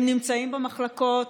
הם נמצאים במחלקות,